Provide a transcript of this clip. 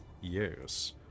Yes